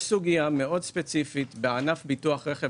יש סוגייה מאוד ספציפית בענף ביטוח רכב